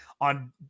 on